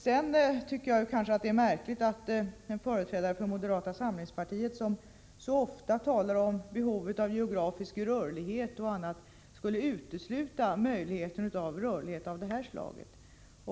Sedan tycker jag att det är märkligt att en företrädare för moderata samlingspartiet, som så ofta talar om behovet av geografisk rörlighet o. d., skulle utesluta rörlighet av det här slaget.